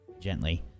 gently